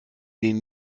den